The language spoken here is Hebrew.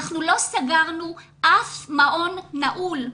אנחנו לא סגרנו אף מעון נעול.